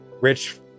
rich